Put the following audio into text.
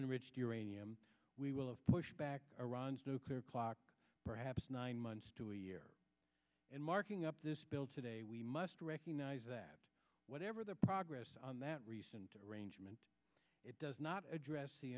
enriched uranium we will of push back iran's nuclear clock perhaps nine months to a year and marking up this bill today we must recognize that whatever the progress on that recent arrangement it does not address the